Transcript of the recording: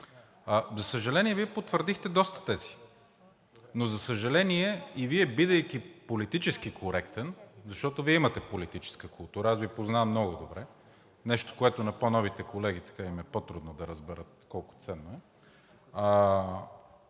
за съжаление, Вие потвърдихте доста тези. Но за съжаление, и Вие, бидейки политически коректен, защото Вие имате политическа култура – аз Ви познавам много добре, нещо, което на по-новите колеги им е по-трудно да разберат колко ценно е,